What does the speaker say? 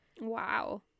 Wow